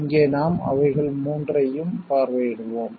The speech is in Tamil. இங்கே நாம் அவைகள் 3 ஐயும் பார்வையிடுவோம்